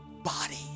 body